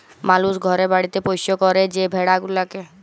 মালুস ঘরে বাড়িতে পৌষ্য ক্যরে যে ভেড়া গুলাকে